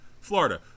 Florida